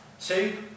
Two